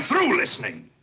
through listening!